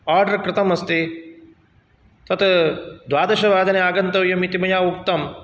order कृतमस्ति तत् द्वादशवादने आगन्तव्यम् इति मया उक्तम्